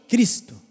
Cristo